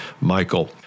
Michael